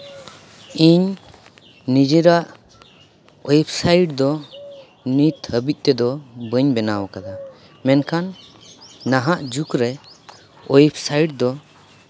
ᱤᱧ ᱱᱤᱡᱮᱨᱟᱜ ᱳᱭᱮᱵᱽᱥᱟᱭᱤᱴ ᱫᱚ ᱱᱤᱛ ᱦᱟᱹᱵᱤᱡ ᱛᱮᱫᱚ ᱵᱟᱹᱧ ᱵᱮᱱᱟᱣ ᱠᱟᱫᱟ ᱢᱮᱱᱠᱷᱟᱱ ᱱᱟᱦᱟᱜ ᱡᱩᱜᱽ ᱨᱮ ᱳᱭᱮᱵᱽᱥᱟᱭᱤᱴ ᱫᱚ